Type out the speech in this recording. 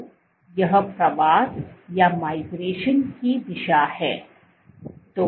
तो यह प्रवास की दिशा है